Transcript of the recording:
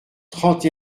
trente